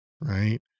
Right